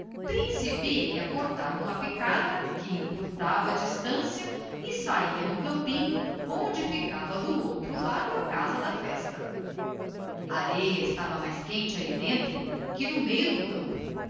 principiei a cortar por uma picada que encurtava a distancia e sahia no campinho onde íicava do outro lado a casa da festa a areia estava mais quente ahi dentro que no meio do campo